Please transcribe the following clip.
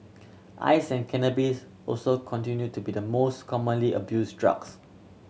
ice and cannabis also continue to be the most commonly abused drugs